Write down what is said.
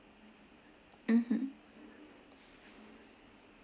mmhmm